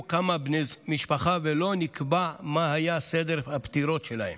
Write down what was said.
כמה בני משפחה ולא נקבע מה היה סדר הפטירות שלהם.